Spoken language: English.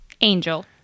Angel